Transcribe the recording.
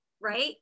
right